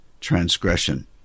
transgression